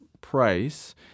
Price